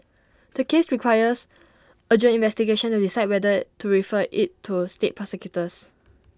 the case requires urgent investigation to decide whether to refer IT to state prosecutors